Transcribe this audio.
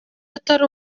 atari